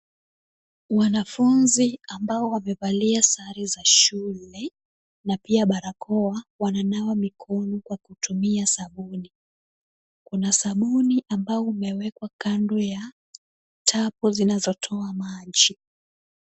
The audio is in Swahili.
Wanafunzi ambao wamevalia sare za shule na pia barakoa wananawa mikono kwa kutumia sabuni, kuna sabuni ambayo imewekwa kando ya tapu zinazotoa maji.